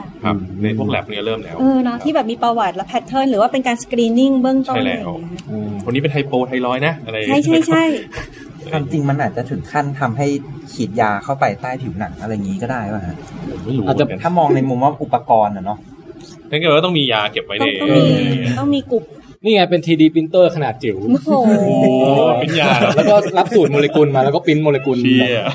ครับ ในพวกแล็บเนี่ยเริ่มแล้วเออเนอะ ที่แบบมีประวัติและ pattern หรือว่าเป็นการ screening เบื้องต้นใช่แล้วอะไรอย่างเงี้ยอืม คนนี้เป็น hypothyroid นะอะไรใช่ ใช่ ใช่ความจริงมันอาจจะถึงขั้นทำให้ฉีดยาเข้าไปใต้ผิวหนังอะไรอย่างงี้ก็ได้ปะฮะ?ผมไม่รู้อาจจะ- ถ้ามองในมุมว่าอุปกรณ์อะเนอะงั้นก็ต้องมียาเก็บไว้เนี่ยต้อง- ต้องมี ต้องมีกรุ๊ปนี่ไงเป็น 3D printer ขนาดจิ๋วโอ้โหโห print ยา?แล้วก็รับสูตรโมเลกุลมาแล้วก็ print โมเลกุลเชี่ย